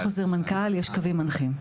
אין חוזר מנכ"ל; יש קווים מנחים.